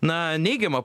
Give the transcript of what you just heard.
na neigiamą